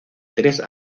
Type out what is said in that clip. tres